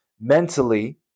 mentally